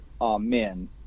amen